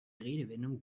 redewendungen